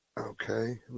Okay